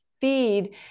feed